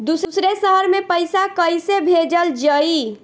दूसरे शहर में पइसा कईसे भेजल जयी?